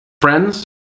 Friends